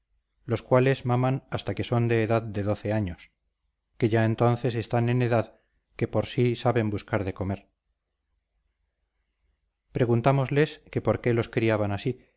los cuales maman hasta que son de edad de doce años que ya entonces están en edad que por sí saben buscar de comer preguntámosles que por qué los criaban así